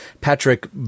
Patrick